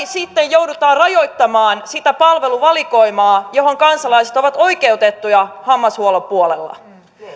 sitten joudutaan rajoittamaan sitä palveluvalikoimaa johon kansalaiset ovat oikeutettuja hammashuollon puolella